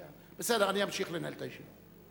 בסדר, אני אמשיך לנהל את הישיבה.